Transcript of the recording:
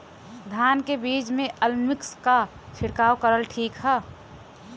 धान के बिज में अलमिक्स क छिड़काव करल ठीक ह?